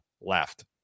left